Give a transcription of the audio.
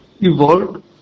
evolved